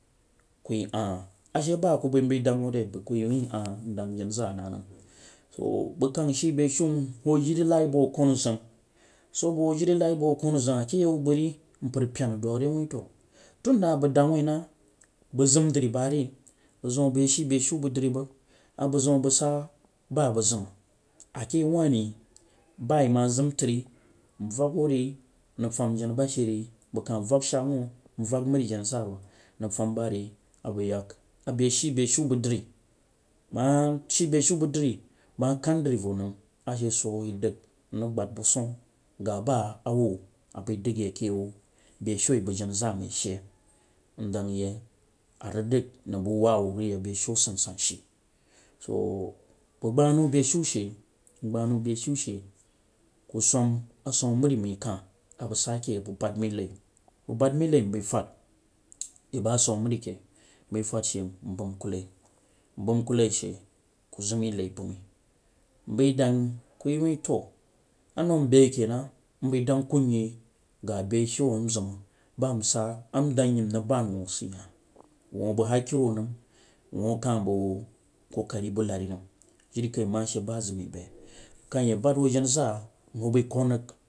Ku yeh yangha a she ba ku bai mbai dang wuh re bang ku wuh yangha ndang jan azaa na nam bang kang shi beshe nwuh jiri nai mang wuh kunzang, soo bang wuh jiri nai bang rig pena dau ri ndang wuh nah baba zam dri ba bana zam a bang yeh she beshubang dri bang a bang zama a bang sah ba abang zam a keh yau wah ri ba yeh ma zam tri nuag mari jana zaa wuuu nang fam ba ri a bang yeh she beshu bang ma knn dri yaw bau a she so a yeh dang nriggban bang son ga ba a wuh a bai dang keh you beshu a yeh bang jana zaa mai she dau yeh a rig ding nang bu waa wah rig yak beshu asa san she bang gbanha nau yaugha beshu sheku sam asam maru mai kah a banf sah keh a banf bad mai nai bang bad nai nbai fad yeh ba sammari keh, bau bnam ku nai namma ku naishe kan zam nai samah mba dan yeh kn yej a nan nzai ku zam nai samah mbəi dau yeh ku yeh a nan ku wuh, to a nzu nbai keh na ndang ku yeh qah beshu nba nsah nyeh nrig ban wuu seh hah wuu bang hakiro nam wuu kah bang kukure bu lari nam jirikaimang a she ba zang mang bai ku kah yeh ban wuh jana zaa bai ku rig.